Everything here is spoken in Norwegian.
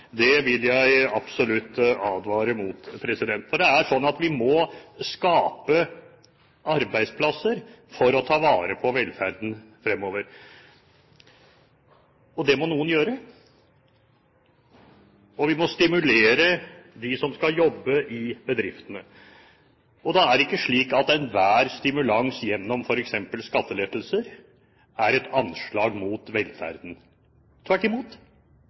hjertelag vil jeg absolutt advare mot. Vi må skape arbeidsplasser for å ta vare på velferden fremover, og det må noen gjøre. Vi må stimulere dem som skal jobbe i bedriftene. Da er det ikke slik at enhver stimulans gjennom f.eks. skattelettelser er et anslag mot velferden. Tvert imot